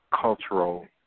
cultural